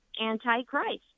anti-Christ